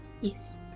yes